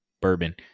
bourbon